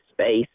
space